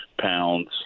pounds